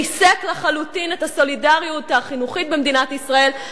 ריסק לחלוטין את הסולידריות החינוכית במדינת ישראל,